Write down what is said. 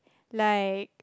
like